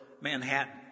Manhattan